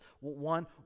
One